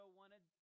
wanted